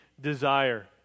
desire